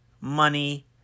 money